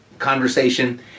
conversation